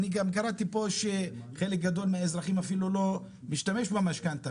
אני גם קראתי פה שחלק גדול מהאזרחים אפילו לא משתמש במשכנתא,